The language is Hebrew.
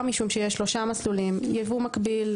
משום שיש שלושה מסלולים ייבוא מקביל,